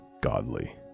godly